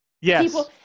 yes